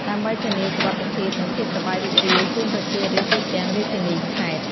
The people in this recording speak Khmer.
ដើម្បីធានាសុវត្ថិភាព និងភាពសប្បាយរីករាយជូនប្រជារាស្ត្រទូទាំងរាជធានី-ខេត្ត។